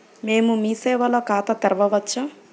మేము మీ సేవలో ఖాతా తెరవవచ్చా?